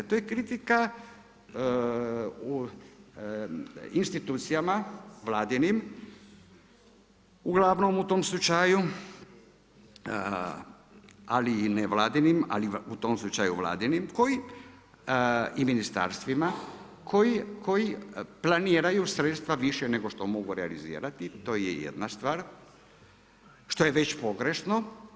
To je kritika u institucijama vladinim ugl. u tom slučaju ali nevladinim, a u tom slučaju Vladinim koji i ministarstvima, koji planiraju sredstva više nego što mogu realizirati, to je jedna stvar, što je već pogrešno.